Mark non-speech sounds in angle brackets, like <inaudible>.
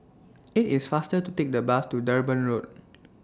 IT IS faster to Take The Bus to Durban Road <noise>